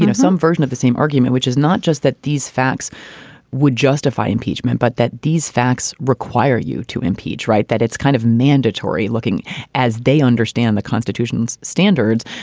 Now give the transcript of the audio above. you know some version of the same argument, which is not just that these facts would justify impeachment, but that these facts require you to impeach. right. that it's kind of mandatory looking as they understand the constitution's standards.